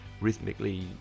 rhythmically